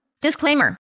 Disclaimer